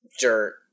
dirt